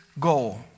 goal